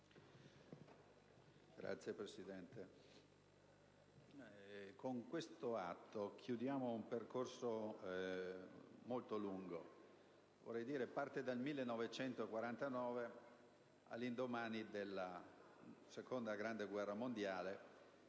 Presidente, con questo atto chiudiamo un percorso molto lungo, che parte dal 1949, all'indomani della Seconda guerra mondiale,